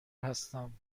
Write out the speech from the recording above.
هستم